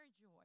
joy